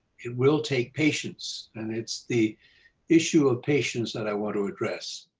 it will take patience, and it's the issue of patience that i want to address.